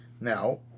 now